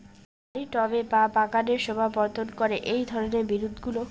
বাড়ির টবে বা বাগানের শোভাবর্ধন করে এই ধরণের বিরুৎগুলো